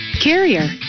Carrier